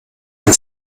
ein